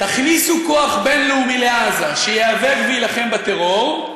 תכניסו כוח בין-לאומי לעזה, שייאבק ויילחם בטרור,